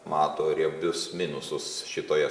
mato riebius minusus šitoje